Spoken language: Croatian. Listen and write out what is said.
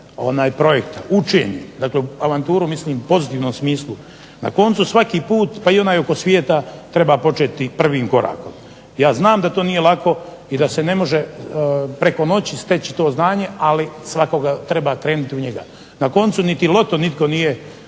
pisanja projekta, učenje, dakle avanturu mislim u pozitivnom smislu. Na koncu svaki put, pa i onaj oko svijeta treba početi prvim korakom. Ja znam da to nije lako, i da se ne može preko noći steći to znanje, ali svakoga treba krenuti u njega. Na koncu niti loto nitko nije